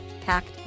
packed